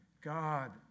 God